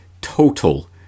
total